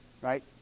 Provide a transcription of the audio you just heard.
right